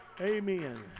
Amen